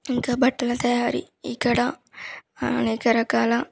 ఇంకా బట్టల తయారీ ఇక్కడ అనేక రకాల